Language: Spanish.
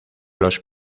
los